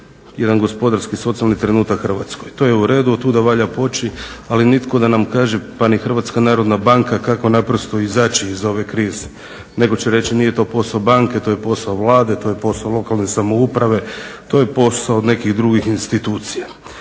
jedan gospodarski socijalni trenutak Hrvatskoj. To je u redu, otuda valja poći ali nitko da nam kaže pa ni HNB kako naprosto izaći iz ove krize nego će reći nije to posao banke, to je posao Vlade, to je posao lokalne samouprave, to je posao nekih drugih institucija.